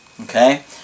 Okay